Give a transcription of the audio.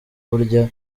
burya